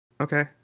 Okay